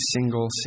single